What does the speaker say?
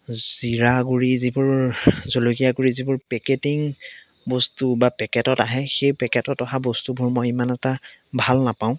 জীৰা গুড়ি যিবোৰ জলকীয়া গুড়ি যিবোৰ পেকেটিং বস্তু বা পেকেটত আহে সেই পেকেটত অহা বস্তুবোৰ মই ইমান এটা ভাল নাপাওঁ